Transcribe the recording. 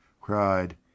cried